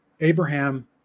Abraham